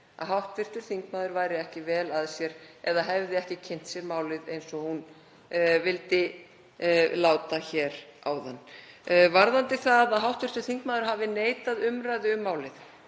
að hv. þingmaður væri ekki vel að sér eða hefði ekki kynnt sér málið eins og hún vildi láta hér áðan. Varðandi það að hv. þingmaður hafi neitað umræðu um málið